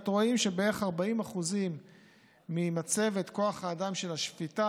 רואים שבערך 40% ממצבת כוח האדם של השפיטה